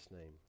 name